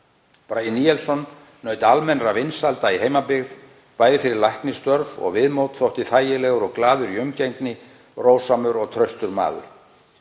Bragi Níelsson naut almennra vinsælda í heimabyggð, bæði fyrir læknisstörf og viðmót, þótti þægilegur og glaðlegur í umgengni, rósamur og traustur maður.